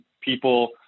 people